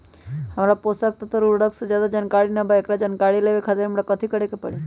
हमरा पोषक तत्व और उर्वरक के ज्यादा जानकारी ना बा एकरा जानकारी लेवे के खातिर हमरा कथी करे के पड़ी?